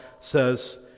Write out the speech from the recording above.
says